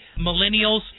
millennials